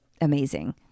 amazing